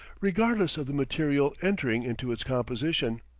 regardless of the material entering into its composition.